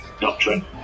Doctrine